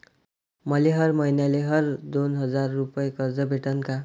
मले हर मईन्याले हर दोन हजार रुपये कर्ज भेटन का?